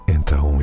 Então